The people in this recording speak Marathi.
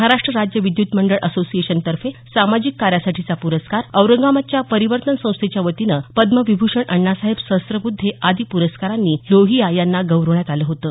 महाराष्ट राज्य विद्यत मंडळ असोसिएशनतर्फे सामाजिक कार्यासाठीचा प्रस्कार औरंगाबादच्या परिवर्तन संस्थेच्या वतीने पदमविभूषण अण्णासाहेब सहस्रबुद्धे आदी पुरस्कारांनी लोहिया यांना गौरवण्यात आलं होतं